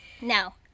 No